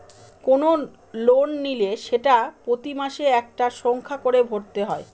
কোনো লোন নিলে সেটা প্রতি মাসে একটা সংখ্যা করে ভরতে হয়